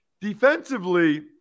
Defensively